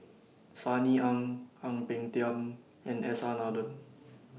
Sunny Ang Ang Peng Tiam and S R Nathan